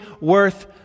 worth